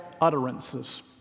utterances